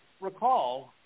recall